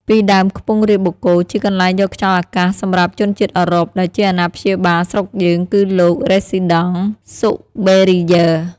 ពីដើមខ្ពង់រាបបូកគោ ជាកន្លែងយកខ្យល់អាកាសសម្រាប់ជនជាតិអឺរ៉ុប ដែលជាអាណាព្យាបាលស្រុកយើង គឺលោក រ៉េស៊ីដង់សុប៉េរីយើរ។